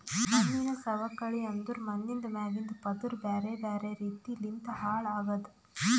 ಮಣ್ಣಿನ ಸವಕಳಿ ಅಂದುರ್ ಮಣ್ಣಿಂದ್ ಮ್ಯಾಗಿಂದ್ ಪದುರ್ ಬ್ಯಾರೆ ಬ್ಯಾರೆ ರೀತಿ ಲಿಂತ್ ಹಾಳ್ ಆಗದ್